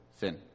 sin